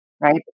right